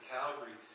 Calgary